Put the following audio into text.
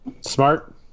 Smart